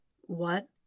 What